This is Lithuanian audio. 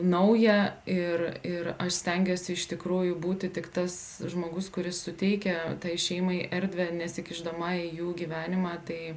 nauja ir ir aš stengiuosi iš tikrųjų būti tik tas žmogus kuris suteikia šeimai erdvę nesikišdama į jų gyvenimą tai